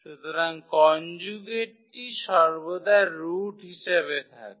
সুতরাং কনজুগেটটি সর্বদা রুট হিসাবে থাকবে